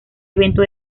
evento